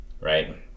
Right